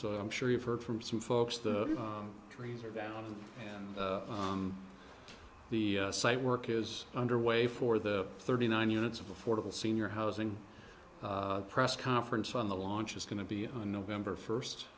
so i'm sure you've heard from some folks the trees are down and the site work is underway for the thirty nine units of affordable senior housing press conference on the launch is going to be on november first